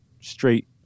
straight